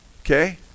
Okay